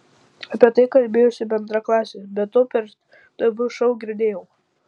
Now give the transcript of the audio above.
apie tai kalbėjosi bendraklasės be to per tv šou girdėjau